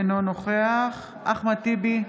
אינו נוכח אחמד טיבי,